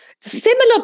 similar